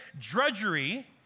drudgery